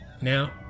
now